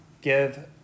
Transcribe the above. give